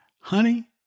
honey